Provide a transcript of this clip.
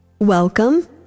Welcome